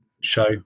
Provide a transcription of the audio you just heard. show